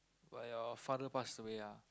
where your father pass away ah